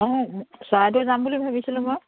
চৰাইদেউ যাম বুলি ভাবিছিলোঁ মই